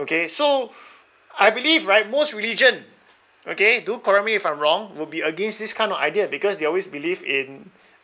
okay so I believe right most religion okay do correct me if I'm wrong will be against this kind of idea because they always believe in